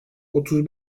otuz